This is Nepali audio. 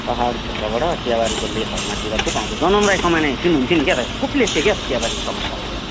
पाहाड क्षेत्रबाट चियाबारीको लेखहरूमा तिर खुब आउँछ जनम राई कमाने चिन्नुहुन्थ्यो नि क्या त खुब लेख्थ्यो क्या त चियाबारीको समस्यालाई लिएर